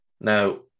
Now